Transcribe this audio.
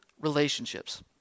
relationships